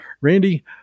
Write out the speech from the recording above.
Randy